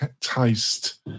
taste